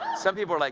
some people like